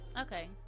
okay